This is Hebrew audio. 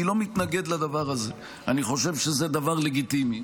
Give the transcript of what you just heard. אני לא מתנגד לדבר הזה, אני חושב שזה דבר לגיטימי.